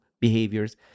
behaviors